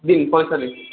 দিন পয়সা দিন